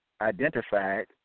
identified